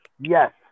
Yes